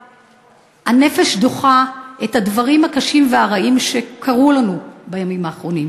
הנפש דוחה את הדברים הקשים והרעים שקרו לנו בימים האחרונים,